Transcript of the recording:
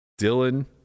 Dylan